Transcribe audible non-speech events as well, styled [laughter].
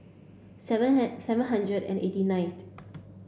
seven [unintelligible] seven hundred and eighty ninth